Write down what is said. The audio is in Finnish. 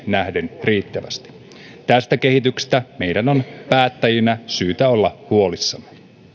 nähden riittävästi tästä kehityksestä meidän on päättäjinä syytä olla huolissamme